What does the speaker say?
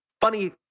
funny